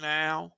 now